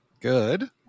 Good